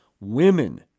Women